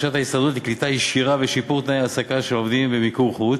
דרישת ההסתדרות לקליטה ישירה ושיפור תנאי ההעסקה של עובדים במיקור-חוץ,